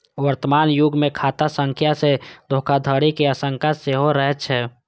वर्तमान युग मे खाता संख्या सं धोखाधड़ी के आशंका सेहो रहै छै